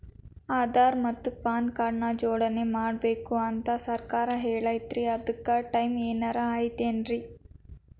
ಆಧಾರ ಮತ್ತ PAN card ನ ಜೋಡಣೆ ಮಾಡ್ಬೇಕು ಅಂತಾ ಸರ್ಕಾರ ಹೇಳೈತ್ರಿ ಅದ್ಕ ಟೈಮ್ ಏನಾರ ಐತೇನ್ರೇ?